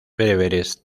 bereberes